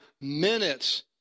minutes